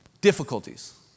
difficulties